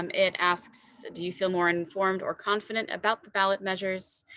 um it asks, do you feel more informed or confident about the ballot measure? so